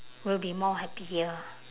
will be more happier